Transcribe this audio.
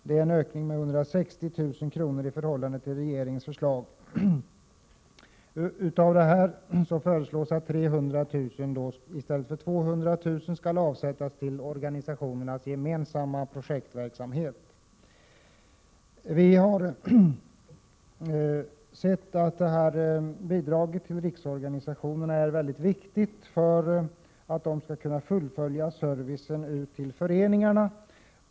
Det är en ökning med 160 000 kr. i förhållande till regeringens förslag. I motionen föreslås att 300 000 kr. av dessa medel, i stället för 200 000 kr., skall avsättas till organisationernas gemensamma projektverksamhet. Bidraget till riksorganisationerna är viktigt för att de skall kunna fullfölja servicen till föreningarna.